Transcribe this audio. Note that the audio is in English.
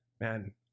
man